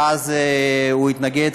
אז הוא התנגד,